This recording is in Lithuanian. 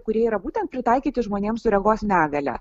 kurie yra būtent pritaikyti žmonėms su regos negalia